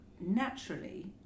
naturally